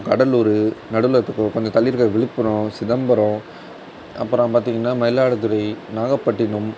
கடலூர் நடுவில் இப்போ கொஞ்சம் தள்ளி இருக்கிற விழுப்புரம் சிதம்பரம் அப்புறம் பார்த்திங்கன்னா மயிலாடுதுறை நாகைப்பட்டினம்